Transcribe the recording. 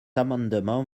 amendement